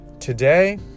Today